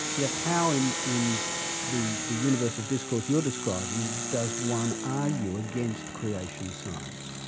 yet how in in the the universe of discourse you're describing does one argue against creation science?